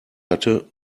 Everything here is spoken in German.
hatte